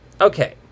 Okay